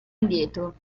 indietro